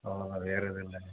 ஆமாம் வேறு எதுவும் இல்லை